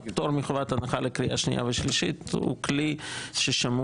הפטור מחובת הנחה לקריאה שנייה ושלישית הוא כלי ששמור